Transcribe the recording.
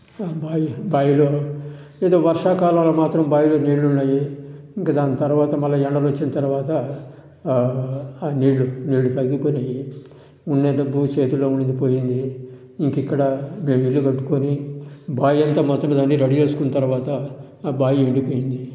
ఆ బావి బావిలో ఏదో వర్షాకాలంలో మాత్రం బావిలో నీళ్లు ఉండేవి ఇంక దాని తర్వాత మళ్ళీ ఎండలు వచ్చిన తర్వాత ఆ నీళ్లు నీళ్లు తగ్గిపోయినాయి ఉండేటి భూమి చేతిలో ఉన్నది పోయింది ఇంకా ఇక్కడ మేము ఇల్లు కట్టుకొని బావి అంతా మొత్తం దాన్ని రెడీ చేసుకున్న తర్వాత ఆ బావి ఎండిపోయింది